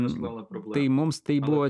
tai mums tai buvo